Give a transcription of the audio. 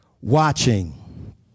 watching